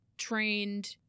trained